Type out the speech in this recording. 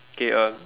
K uh